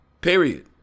period